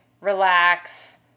relax